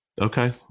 okay